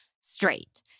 straight